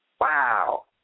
Wow